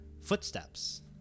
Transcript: footsteps